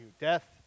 Death